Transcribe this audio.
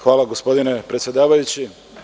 Hvala gospodine predsedavajući.